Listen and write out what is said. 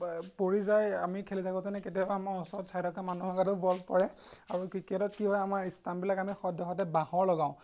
পৰি যায় আমি খেলি থাকোঁতেনে কেতিয়াবা আমাৰ ওচৰত চাই থকা মানুহৰ গাতো বল পৰে আৰু ক্ৰিকেটত কি হয় আমাৰ ইষ্টাম্পবিলাক আমি সদ্যহতে বাঁহৰ লগাওঁ